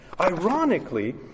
Ironically